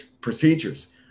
procedures